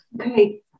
Okay